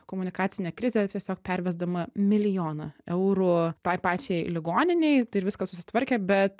komunikacinę krizę tiesiog pervesdama milijoną eurų tai pačiai ligoninei tai ir viskas susitvarkė bet